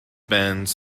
benz